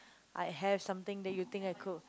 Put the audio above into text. I have something that you think I could